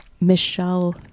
Michelle